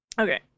okay